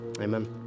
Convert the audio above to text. Amen